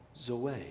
Zoe